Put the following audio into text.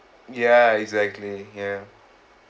ya exactly ya